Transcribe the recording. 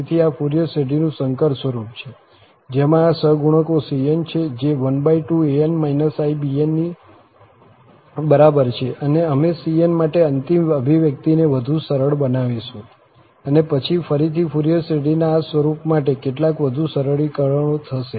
તેથી આ ફુરિયર શ્રેઢીનું સંકર સ્વરૂપ છે જેમાં આ સહગુણકો cn છે જે 12an ibn ની બરાબર છે અને અમે cn માટે અંતિમ અભિવ્યક્તિને વધુ સરળ બનાવીશું અને પછી ફરીથી ફુરિયર શ્રેઢીના આ સ્વરૂપ માટે કેટલાક વધુ સરળીકરણો થશે